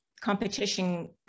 competition